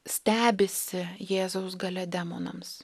stebisi jėzaus galia demonams